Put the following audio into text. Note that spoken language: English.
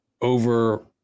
over